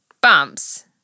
Bumps